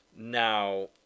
Now